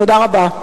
תודה רבה.